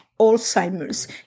Alzheimer's